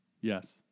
Yes